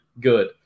good